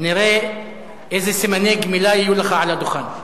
נראה איזה סימני גמילה יהיו לך על הדוכן.